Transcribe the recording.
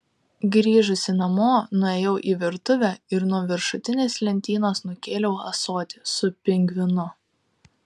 grįžusi namo nuėjau į virtuvę ir nuo viršutinės lentynos nukėliau ąsotį su pingvinu